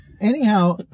Anyhow